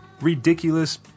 ridiculous